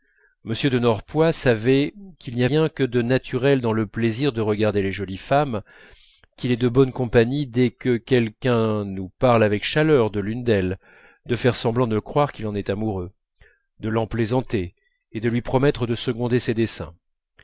m de norpois savait qu'il n'y a rien que de naturel dans le plaisir de regarder les jolies femmes qu'il est de bonne compagnie dès que quelqu'un nous parle avec chaleur de l'une d'elles de faire semblant de croire qu'il en est amoureux de l'en plaisanter et de lui promettre de seconder ses desseins